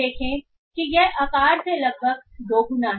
देखें कि यह आकार से लगभग दोगुना है